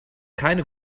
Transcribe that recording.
keine